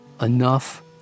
enough